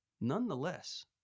nonetheless